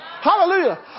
Hallelujah